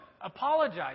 apologize